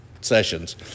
sessions